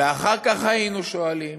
ואחר כך היינו שואלים